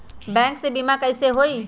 Bank से बिमा कईसे होई?